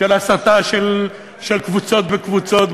של הסתה של קבוצות בקבוצות.